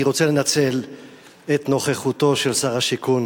אני רוצה לנצל את נוכחותו של שר השיכון